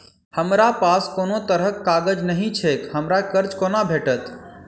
हमरा पास कोनो तरहक कागज नहि छैक हमरा कर्जा कोना भेटत?